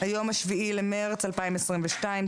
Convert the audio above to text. היום ה-07 במרס 2022,